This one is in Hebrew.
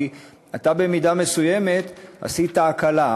כי אתה במידה מסוימת עשית הקלה.